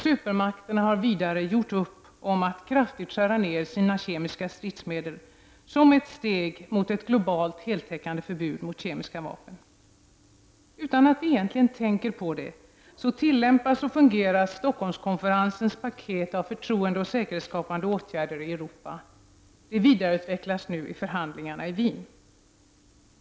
Supermakterna har vidare gjort upp om nedskärningar beträffande sina kemiska stridsmedel som ett steg mot ett globalt heltäckande förbud mot kemiska vapen. Utan att vi egentligen tänker på det tillämpas och fungerar Stockholmskonferensens paket av förtroendeoch säkerhetsskapande åtgärder i Europa. Det vidareutvecklas nu i förhandlingarna i Wien.